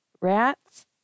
rats